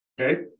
Okay